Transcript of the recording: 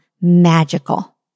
magical